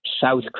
South